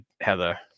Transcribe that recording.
Heather